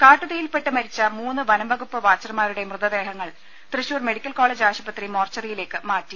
കാട്ടുതീയിൽ പെട്ട് മരിച്ച മൂന്ന് വനം വകുപ്പ് വാച്ചർമാരുടെ മൃതദേഹങ്ങൾ തൃശ്ശൂർ മെഡിക്കൽ കോളേജ് ആശുപത്രി മോർച്ചറിയിലേക്ക് മാറ്റി